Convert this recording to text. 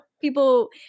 people